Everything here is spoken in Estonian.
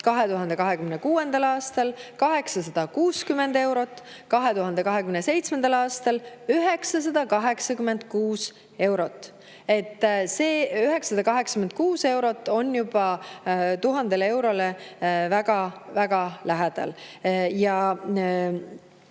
2026. aastal 860 eurot, 2027. aastal 986 eurot. See 986 eurot on juba 1000 eurole väga-väga lähedal. 2028.